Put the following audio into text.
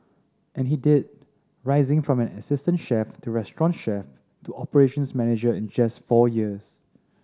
and he did rising from an assistant chef to restaurant chef to operations manager in just four years